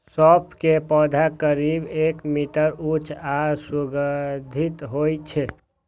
सौंफ के पौधा करीब एक मीटर ऊंच आ सुगंधित होइ छै